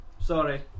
Sorry